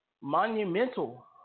monumental